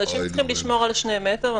אנשים צריכים לשמור על שני מטר,